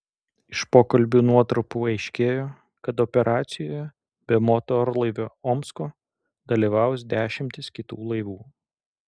iš pokalbių nuotrupų aiškėjo kad operacijoje be motorlaivio omsko dalyvaus dešimtys kitų laivų